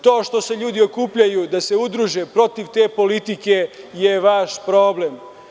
To što se ljudi okupljaju da se udruže protiv te politike, je vaš problem.